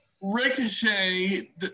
Ricochet